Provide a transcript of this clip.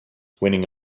winning